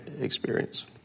experience